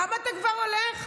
כמה אתה כבר הולך?